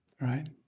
Right